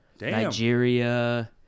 Nigeria